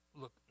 look